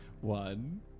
One